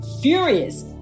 furious